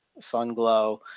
Sunglow